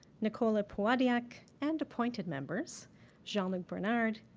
nicola powadiuk, and appointed members jean-luc bernard,